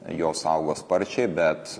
jos augo sparčiai bet